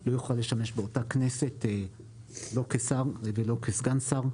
לא יכול לשמש באותה כנסת כשר או כסגן שר.